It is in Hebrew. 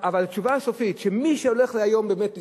אבל התשובה הסופית היא שמי שהולך היום באמת לסבול,